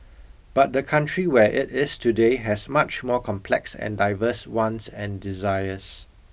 but the country where it is today has much more complex and diverse wants and desires